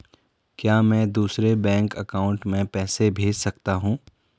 क्या मैं दूसरे बैंक अकाउंट में पैसे भेज सकता हूँ?